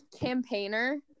campaigner